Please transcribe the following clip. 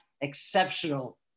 exceptional